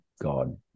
God